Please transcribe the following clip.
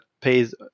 pays